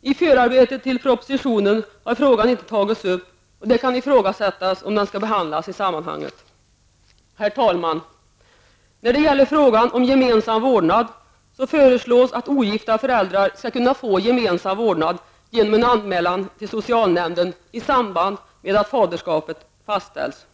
I förarbetet till propositionen har frågan inte tagits upp, och det kan ifrågasättas om den skall behandlas i sammanhanget. Herr talman! När det gäller frågan om gemensam vårdnad föreslås att ogifta föräldrar skall kunna få gemensam vårdnad genom en anmälan till socialnämnden i samband med att faderskapet fastställs.